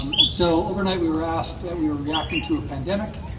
um and so overnight we were asked that we were reacting to a pandemic.